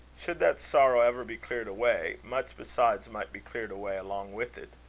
should that sorrow ever be cleared away, much besides might be cleared away along with it.